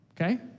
Okay